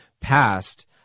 past